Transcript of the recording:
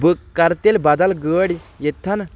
بہٕ کرٕ تیٚلہِ بدل گٲڑۍ ییٚتتٮ۪ن